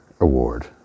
Award